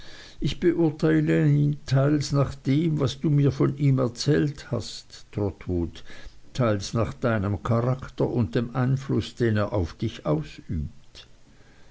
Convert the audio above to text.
ich beurteile ihn teils nach dem was du mir von ihm erzählt hast trotwood teils nach deinem charakter und dem einfluß den er auf dich ausübt